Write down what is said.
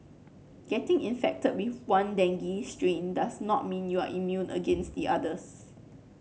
getting infected with one dengue strain does not mean you are immune against the others